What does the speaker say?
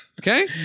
Okay